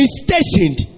stationed